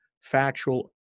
factual